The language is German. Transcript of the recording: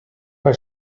bei